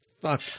Fuck